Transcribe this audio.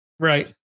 Right